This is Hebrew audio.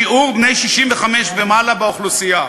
שיעור בני 65 ומעלה באוכלוסייה.